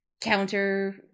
counter